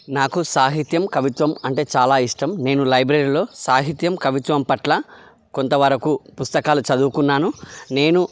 నాకు సాహిత్యం కవిత్వం అంటే చాలా ఇష్టం నేను లైబ్రరీలో సాహిత్యం కవిత్వం పట్ల కొంత వరకు పుస్తకాలు చదువుకున్నాను నేను